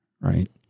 Right